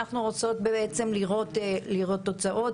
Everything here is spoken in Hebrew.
אנחנו רוצות בעצם לראות תוצאות,